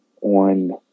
on